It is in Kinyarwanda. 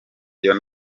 dion